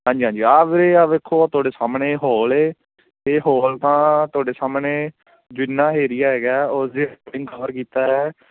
ਹਾਂਜੀ ਹਾਂਜੀ ਆ ਵੀਰੇ ਆ ਵੇਖੋ ਆਹ ਤੁਹਾਡੇ ਸਾਹਮਣੇ ਹੋਲ ਹੈ ਇਹ ਹੋਲ ਤਾਂ ਤੁਹਾਡੇ ਸਾਹਮਣੇ ਜਿੰਨਾ ਏਰੀਆ ਹੈਗਾ ਉਸਦੇ ਐਕੋਰਡਿੰਗ ਕਵਰ ਕੀਤਾ ਹੈ